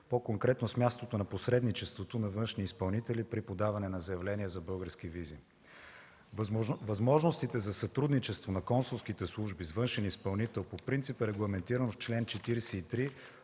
по-конкретно с мястото на посредничеството на външни изпълнители при подаване на заявления за български визи. Възможностите за сътрудничество на консулските служби с външен изпълнител по принцип е регламентирано в чл. 43